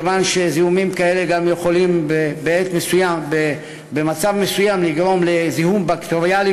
זיהומים כאלה יכולים במצב מסוים לגרום לזיהום בקטריאלי